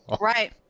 Right